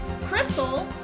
Crystal